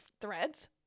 Threads